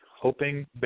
hoping